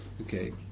Okay